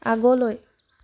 আগলৈ